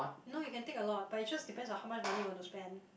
no you can take a lot but it just depends on how much money you want to spend